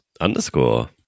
underscore